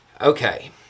Okay